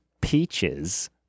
Peaches